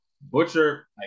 Butcher